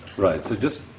right so just